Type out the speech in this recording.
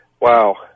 Wow